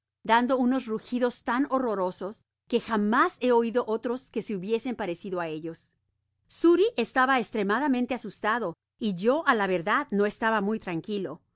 dando unos rugidos tan horrorosos que jamás he oido otros que se hubiesen parecido á ellos xuri estaba estremadamente asustado y yo a la verdad no estaba muy tranquilo